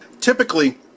typically